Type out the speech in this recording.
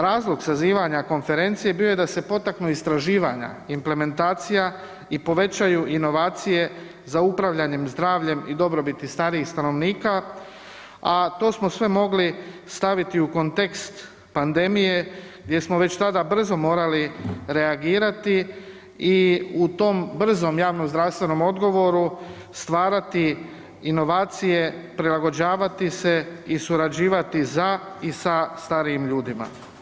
Razlog sazivanja konferencije bio je da se potaknu istraživanja, implementacija i povećaju inovacije za upravljanjem zdravljem i dobrobiti starijih stanovnika, a to smo sve mogli staviti u kontekst pandemije gdje smo već tada morali brzo reagirati i u tom brzom javnozdravstvenom odgovoru stvarati inovacije, prilagođavati se i surađivati za i sa starijim ljudima.